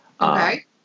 Okay